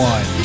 One